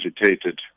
agitated